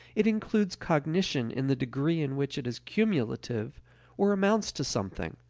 it includes cognition in the degree in which it is cumulative or amounts to something,